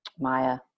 Maya